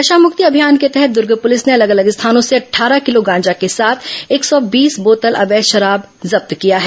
नशामुक्ति अभियान के तहत दुर्ग पुलिस ने अलग अलग स्थानों से अट्ठारह किलो गांजा के साथ एक सौ बीस बोतल अवैध शराब जब्त किया है